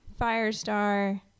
Firestar